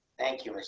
thank you.